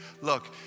Look